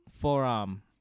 forearm